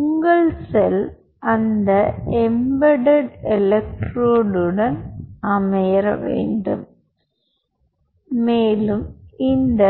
உங்கள் செல் அந்த எம்பேடெட் எலெக்ட்ரோடுல் அமர வேண்டும் மேலும் இந்த